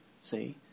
see